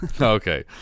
Okay